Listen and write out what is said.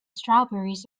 strawberries